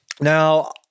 Now